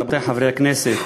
רבותי חברי הכנסת,